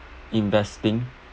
investing